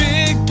Big